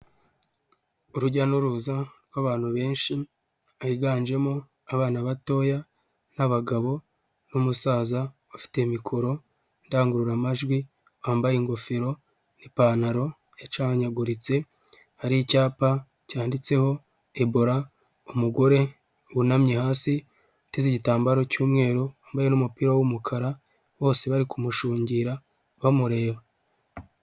Urujya n'uruza rw'abantu benshi biganjemo abana batoya n'abagabo n'umusaza bafite mikoro, indangururamajwi bambaye ingofero n'ipantaro yacaanyaguritse hari icyapa cyanditseho ebola umugore bunamye hasi utize igitambaro cy'umweru wambaye n'umupira w'umukara bose bari kumushungera bamureba.